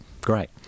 great